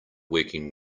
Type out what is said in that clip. working